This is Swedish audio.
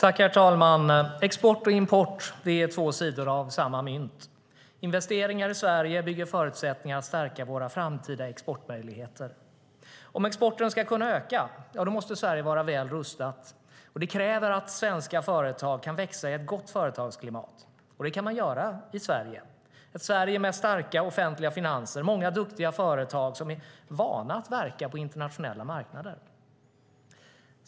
Herr talman! Export och import är två sidor av samma mynt. Investeringar i Sverige bygger förutsättningar att stärka våra framtida exportmöjligheter. Om exporten ska kunna öka måste Sverige vara väl rustat. Det kräver att svenska företag kan växa i ett gott företagsklimat. Det kan man göra i Sverige, ett Sverige med starka offentliga finanser och många duktiga företag som är vana att verka på internationella marknader.